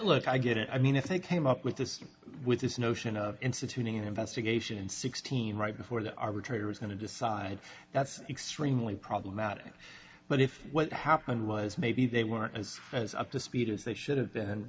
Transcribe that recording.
look i get it i mean if they came up with this with this notion of instituting investigation sixteen right before the arbitrator is going to decide that's extremely problematic but if what happened was maybe they weren't as as up to speed as they should have been